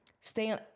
stay